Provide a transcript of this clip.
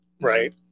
Right